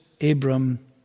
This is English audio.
Abram